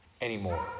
anymore